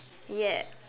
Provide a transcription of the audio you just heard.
ya